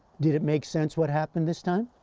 did it make sense, what happened this time?